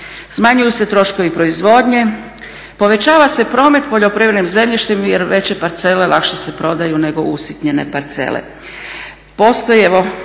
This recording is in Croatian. Smanjuju se troškovi proizvodnje, povećava se promet poljoprivrednim zemljištem jer veće parcele lakše se prodaju nego usitnjene parcele.